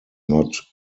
not